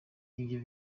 iyo